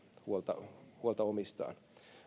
huolta huolta omistaan